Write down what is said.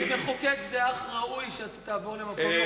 כמחוקק זה אך ראוי שתעבור למקום לא חוקי.